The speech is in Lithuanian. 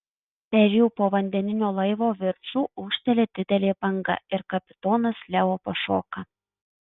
per jų povandeninio laivo viršų ūžteli didelė banga ir kapitonas leo pašoka